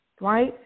right